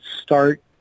start